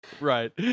Right